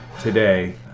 today